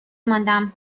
ماندم